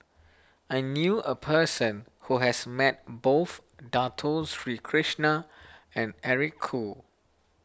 I knew a person who has met both Dato Sri Krishna and Eric Khoo